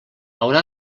haurà